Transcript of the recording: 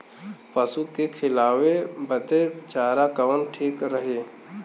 पशु के खिलावे बदे चारा कवन ठीक रही?